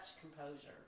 composure